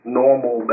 normal